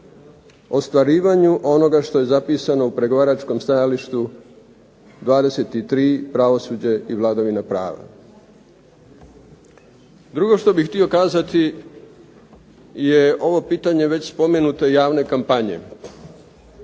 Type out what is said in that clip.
ostvarivanju onoga što je zapisano u pregovaračkom stajalištu 23.-Pravosuđe i vladavina prava. Drugo što bih htio kazati je ovo pitanje već spomenute javne kampanje